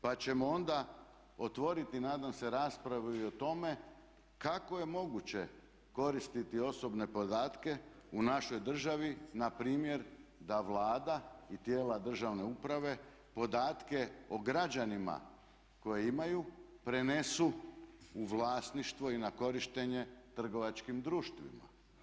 Pa ćemo onda otvoriti nadam se raspravu i o tome kako je moguće koristiti osobne podatke u našoj državi npr. da Vlada i tijela državne uprave podatke o građanima koje imaju prenesu u vlasništvo i na korištenje trgovačkim društvima.